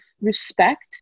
respect